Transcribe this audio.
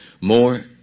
more